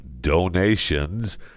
donations